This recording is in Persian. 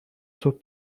صبح